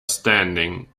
standing